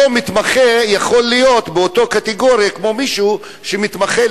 אותו מתמחה יכול להיות באותה קטגוריה כמו מישהו שמתמחה,